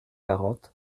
quarante